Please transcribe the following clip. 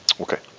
Okay